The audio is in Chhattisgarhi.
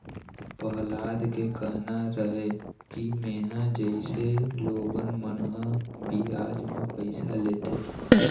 पहलाद के कहना रहय कि मेंहा जइसे लोगन मन ह बियाज म पइसा लेथे,